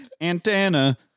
antenna